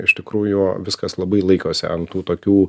iš tikrųjų viskas labai laikosi ant tų tokių